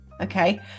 Okay